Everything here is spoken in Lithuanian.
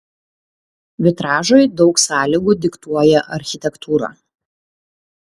vitražui daug sąlygų diktuoja architektūra